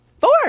Four